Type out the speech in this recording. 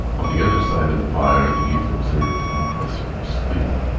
on the other side of the fire the youth observed an officer asleep,